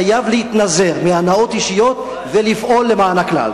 חייב להתנזר מהנאות אישיות ולפעול למען הכלל.